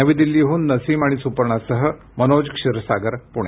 नवी दिल्लीहून नसीम आणि सुपर्णासह मनोज क्षीरसागर पुणे